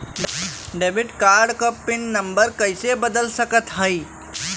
Debit card क PIN number कइसे बदल सकत हई?